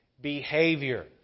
behavior